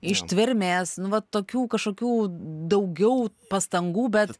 ištvermės nu va tokių kažkokių daugiau pastangų bet